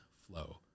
flow